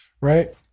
right